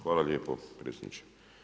Hvala lijepo predsjedniče.